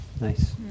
Nice